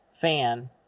fan